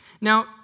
Now